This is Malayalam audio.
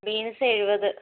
ബീൻസ് എഴുപത്